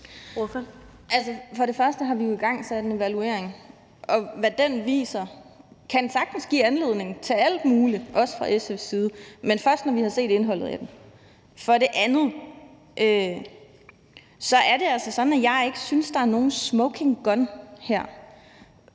For det første har vi jo igangsat en evaluering, og hvad den viser, kan sagtens give anledning til alt muligt også fra SF's side, men først når vi har set indholdet af den. For det andet er det altså sådan, at jeg ikke synes, at der er nogen smoking gun her.